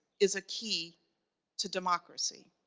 is a key to democracy.